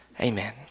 Amen